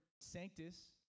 sanctus